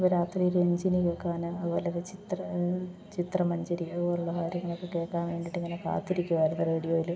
അപ്പം രാത്രി രഞ്ജിനി കേൾക്കാൻ അതു പോലെ ചിത്ര ചിത്രമഞ്ജരി അതുപോലെയുള്ള കാര്യങ്ങളൊക്കെ കേൾക്കാൻ വേണ്ടിയിട്ടിങ്ങനെ കാത്തിരിക്കുകയായിരുന്നു റേഡിയോയിൽ